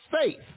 faith